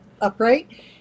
upright